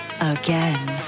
again